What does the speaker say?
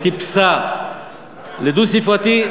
טיפסה לדו-ספרתי,